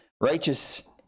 Righteous